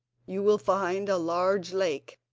you will find a large lake,